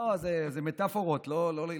לא, זה מטאפורות, לא להילחץ.